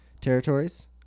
territories